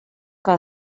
que